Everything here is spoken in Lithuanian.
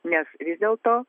nes vis dėlto